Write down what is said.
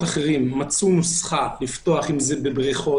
אחרים מצאו נוסחה לפתוח אם זה בבריכות,